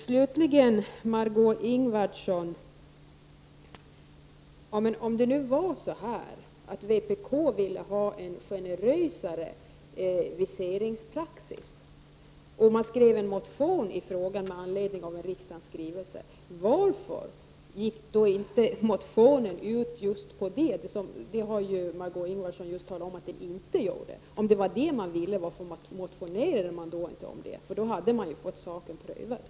Slutligen, Margöé Ingvardsson: Om det nu var så att vpk ville ha en generösare viseringspraxis och även skrev en motion i frågan med anledning av en riksdagsskrivelse, varför gick då motionen inte ut på just detta? Det har ju Margö Ingvardsson just berättat att den inte gjorde. Om det var det man ville, varför motionerade man då inte om det? I så fall hade ju saken prövats.